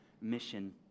mission